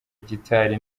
gitari